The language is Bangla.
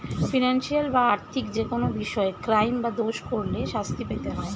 ফিনান্সিয়াল বা আর্থিক যেকোনো বিষয়ে ক্রাইম বা দোষ করলে শাস্তি পেতে হয়